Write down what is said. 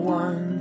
one